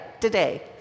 today